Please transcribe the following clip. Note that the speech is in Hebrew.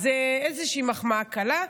אז איזושהי מחמאה קלה.